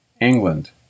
England